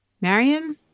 Marion